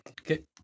Okay